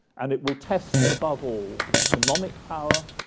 and it will test above all the economic power,